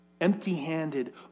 empty-handed